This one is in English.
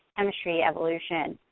chemistry, evolution.